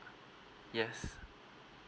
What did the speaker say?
yes